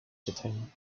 japan